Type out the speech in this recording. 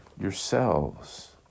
yourselves